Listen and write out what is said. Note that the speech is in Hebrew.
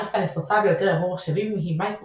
המערכת הנפוצה ביותר עבור מחשבים היא Microsoft Windows,